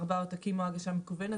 ארבעה עותקים קשיחים או הגשה מקוונת.